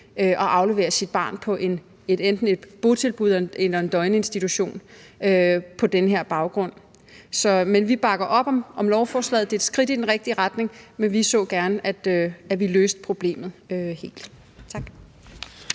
at aflevere sit barn enten i et botilbud eller på en døgninstitution på den her baggrund. Men vi bakker op om lovforslaget. Det er et skridt i den rigtige retning, men vi så gerne, at vi løste problemet helt. Tak.